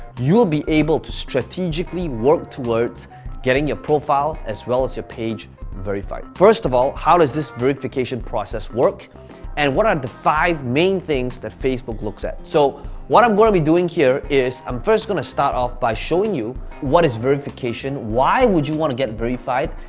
you'll be able to strategically work towards getting your profile as relative page verified. first of all, how does this verification process work and what are the five main things that facebook looks at? so what i'm gonna be doing here is, i'm first gonna start off by showing you what is verification? why would you wanna get verified?